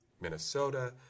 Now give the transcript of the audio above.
Minnesota